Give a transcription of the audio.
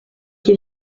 qui